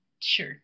Sure